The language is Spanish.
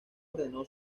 ordenó